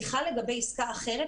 שיחה לגבי עסקה אחרת,